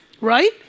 Right